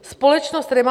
Společnost REMA